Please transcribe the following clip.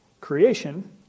Creation